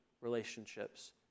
relationships